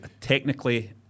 technically